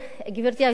גברתי היושבת-ראש,